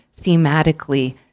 thematically